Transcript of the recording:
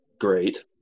great